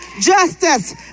justice